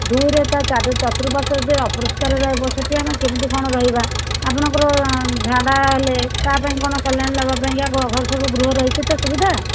ଦୁଇରେ ତା ଚାରି ଚତୁଃର୍ପାଶ୍ୱରେ ଯେ ଅପରିଷ୍କାର ରହିବ ସେଇଠି ଆମେ କେମିତି କ'ଣ ରହିବା ଆପଣଙ୍କର ଝାଡ଼ା ହେଲେ ତା ପାଇଁ କ'ଣ ସାଲାଇନ୍ ନବା ପାଇଁକା ଘର ସବୁ ଗୃହ ରହିଛି ତ ସୁବିଧା